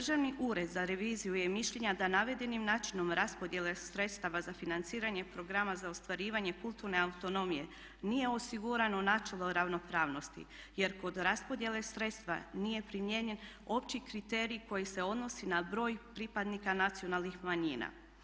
Državni ured za reviziju je mišljenja da navedenim načinom raspodjele sredstava za financiranje programa za ostvarivanje kulturne autonomije nije osigurano načelo ravnopravnosti jer kod raspodjele sredstava nije primijenjen opći kriterij koji se odnosi na broj pripadnika nacionalnih manjina.